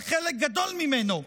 שחלק גדול ממנו,